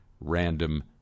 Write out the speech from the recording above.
random